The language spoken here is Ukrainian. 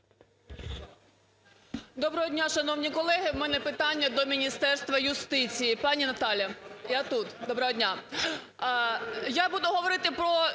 Доброго дня, шановні колеги! В мене питання до Міністерства юстиції. Пані Наталія, я тут! Доброго дня! Я буду говорити про